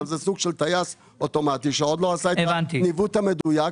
אבל זה סוג של טייס אוטומטי שעוד לא עשה את הניווט המדויק.